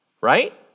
right